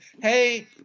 hey